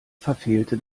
verfehlte